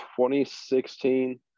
2016